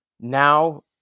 Now